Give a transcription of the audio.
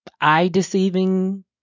eye-deceiving